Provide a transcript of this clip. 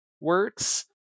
works